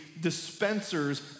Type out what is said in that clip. dispensers